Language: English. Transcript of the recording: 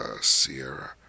Sierra